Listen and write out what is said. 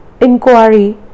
inquiry